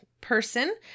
person